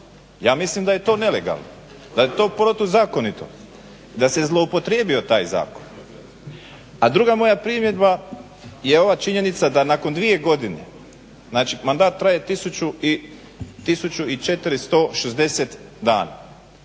Ja mislim da je to nelegalno, da je to protuzakonito i da se zloupotrijebio taj zakon. A druga moja primjedba je ova činjenica da nakon dvije godine, znači mandat traje 1460 dana,